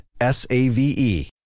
S-A-V-E